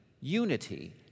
unity